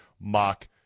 mock